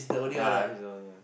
ya he's the only one